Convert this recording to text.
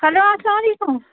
hello السلام علیکُم